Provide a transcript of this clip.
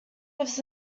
lives